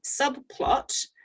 subplot